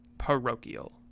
parochial